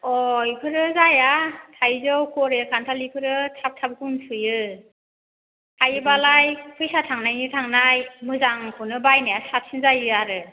अह इफोरो जाया थाइजौ खरे खान्थाल बेफोरो थाब थाब गुन सुयो हायोबालाय फैसा थांनायनि थांनाय मोजांखौनो बायनाया साबसिन जायो आरो